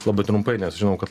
labai trumpai nes žinau kad